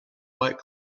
fight